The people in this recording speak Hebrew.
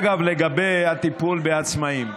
אגב, לגבי הטיפול בעצמאים,